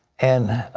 and,